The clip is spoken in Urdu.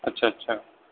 اچھا اچھا